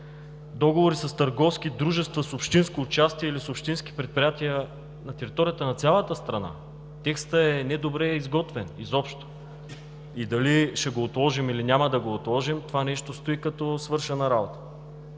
договори с търговски дружества с общинско участие или с общински предприятия на територията на цялата страна. Текстът изобщо е недобре изготвен. Дали ще го отложим, или няма да го отложим, това стои като свършена работа.